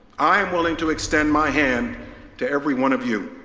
i am willing to extend my hand to every one of you.